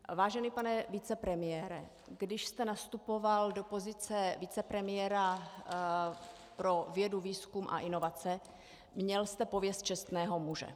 Vážený pane vicepremiére, když jste nastupoval do pozice vicepremiéra pro vědu, výzkum a inovace, měl jste pověst čestného muže.